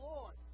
Lord